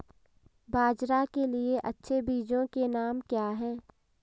बाजरा के लिए अच्छे बीजों के नाम क्या हैं?